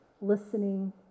listening